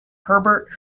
herbert